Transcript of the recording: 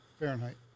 Fahrenheit